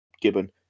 gibbon